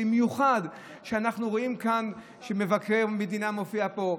במיוחד כשאנחנו רואים שמבקר המדינה מופיע פה,